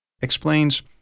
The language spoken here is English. explains